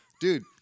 Dude